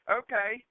okay